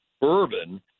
bourbon –